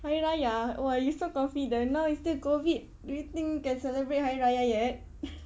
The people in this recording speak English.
hari raya !wah! you so confident now is still COVID do you think can celebrate hari raya yet